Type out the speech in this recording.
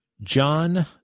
John